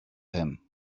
him